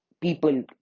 People